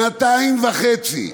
שנתיים וחצי,